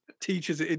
Teachers